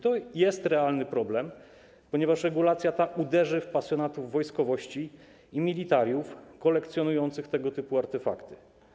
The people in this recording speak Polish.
To jest realny problem, ponieważ regulacja ta uderzy w pasjonatów wojskowości i militariów kolekcjonujących tego typu artefakty.